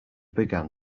began